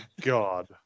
God